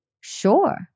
Sure